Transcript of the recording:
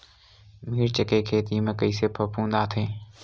मिर्च के खेती म कइसे फफूंद आथे?